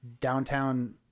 downtown